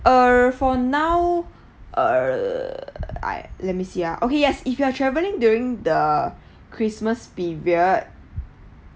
err for now err I let me see ah okay yes if you are travelling during the christmas period